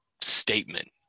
statement